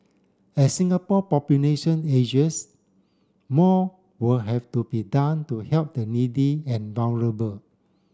as Singapore population ages more will have to be done to help the needy and vulnerable